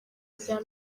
rya